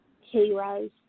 heroes